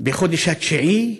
בחודש התשיעי,